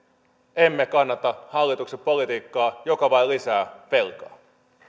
emme kannata hallituksen politiikkaa joka vain lisää velkaa